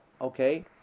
okay